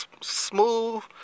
smooth